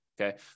okay